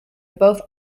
both